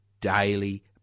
daily